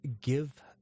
give